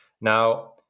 Now